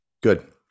good